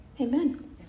Amen